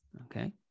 Okay